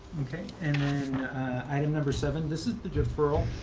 okay? and then item number seven. this is the deferral.